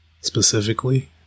specifically